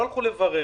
לא הלכו לברר,